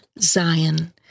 Zion